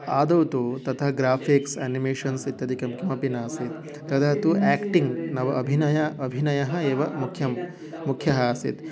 आदौ तु तथा ग्राफ़िक्स् अनिमेशन्स् इत्यादिकं किमपि न आसीत् तदा तु याक्टिङ्ग् नाम अभिनयः अभिनयः एव मुख्यः मुख्यः आसीत्